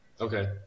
Okay